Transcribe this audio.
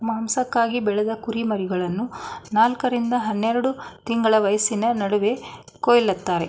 ಮಾಂಸಕ್ಕಾಗಿ ಬೆಳೆದ ಕುರಿಮರಿಗಳನ್ನು ನಾಲ್ಕ ರಿಂದ ಹನ್ನೆರೆಡು ತಿಂಗಳ ವಯಸ್ಸಿನ ನಡುವೆ ಕೊಲ್ತಾರೆ